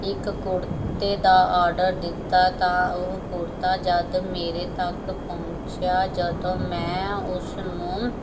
ਇੱਕ ਕੁੜਤੇ ਦਾ ਆਡਰ ਦਿੱਤਾ ਤਾਂ ਉਹ ਕੁੜਤਾ ਜਦ ਮੇਰੇ ਤੱਕ ਪਹੁੰਚਿਆ ਜਦੋਂ ਮੈਂ ਉਸ ਨੂੰ